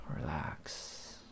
relax